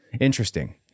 Interesting